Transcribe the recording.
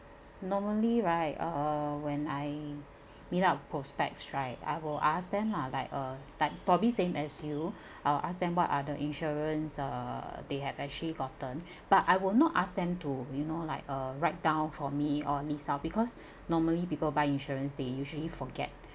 normally right uh when I meet up prospects right I will ask them lah like uh like probably same as you I will ask them what are the insurance uh they have actually gotten but I will not ask them to you know like uh write down for me or list out because normally people buy insurance they usually forget